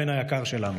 הבן היקר שלנו,